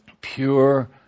pure